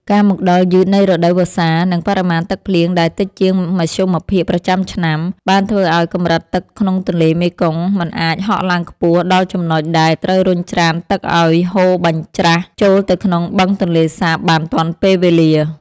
ការមកដល់យឺតនៃរដូវវស្សា និងបរិមាណទឹកភ្លៀងដែលតិចជាងមធ្យមភាគប្រចាំឆ្នាំ បានធ្វើឱ្យកម្រិតទឹកក្នុងទន្លេមេគង្គមិនអាចហក់ឡើងខ្ពស់ដល់ចំណុចដែលត្រូវរុញច្រានទឹកឱ្យហូរបញ្ច្រាសចូលទៅក្នុងបឹងទន្លេសាបបានទាន់ពេលវេលា។